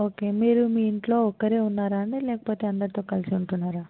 okay మీరు మీ ఇంట్లో ఒక్కరే ఉన్నారా అండి లేకపోతే అందరితో కలిసి ఉంటున్నారా